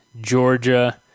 Georgia